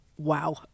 Wow